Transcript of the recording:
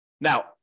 now